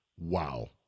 Wow